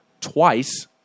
twice